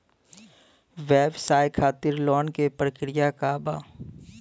व्यवसाय खातीर लोन के प्रक्रिया का बा?